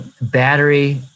battery